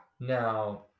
Now